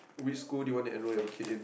which school do you wanna enroll your kid in